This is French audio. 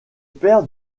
père